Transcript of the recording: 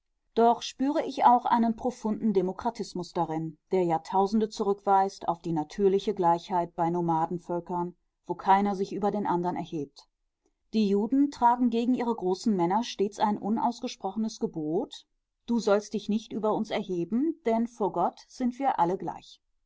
doch spüre ich auch einen profunden demokratismus darin der jahrtausende zurückweist auf die natürliche gleichheit bei nomadenvölkern wo keiner sich über den andern erhebt die juden tragen gegen ihre großen männer stets ein unausgesprochenes gebot du sollst dich nicht über uns erheben denn vor gott sind wir alle gleich